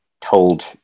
told